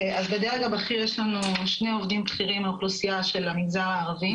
אז בדרג הבכיר יש לנו שני עובדים בכירים מהאוכלוסייה של המגזר הערבי,